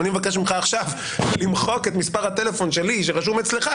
אם אני מבקש ממך עכשיו למחוק את מספר הטלפון שלי שרשום אצלך,